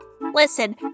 Listen